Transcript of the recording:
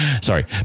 sorry